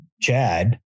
chad